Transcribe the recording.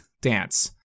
Dance